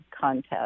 contest